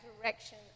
direction